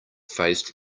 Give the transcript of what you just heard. faced